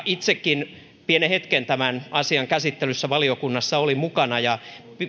itsekin pienen hetken tämän asian käsittelyssä valiokunnassa olin mukana ja